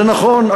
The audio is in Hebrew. זה נכון,